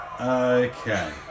Okay